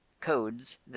codes